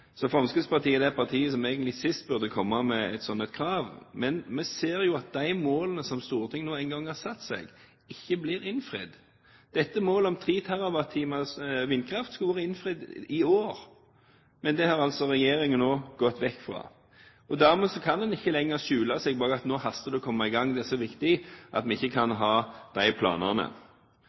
Fremskrittspartiet er det partiet som egentlig sist burde ha kommet med et slikt krav, men vi ser at de målene som Stortinget nå engang har satt, ikke blir innfridd. Målet om 3 TWh vindkraft skulle vært innfridd i år, men det har regjeringen nå gått vekk fra. Dermed kan en ikke lenger skjule seg bak at nå haster det med å komme i gang, det er så viktig, at vi ikke kan ha disse planene.